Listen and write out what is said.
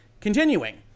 continuing